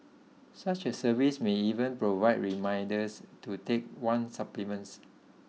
such a service may even provide reminders to take one's supplements